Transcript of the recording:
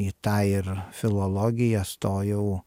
į tą ir filologiją stojau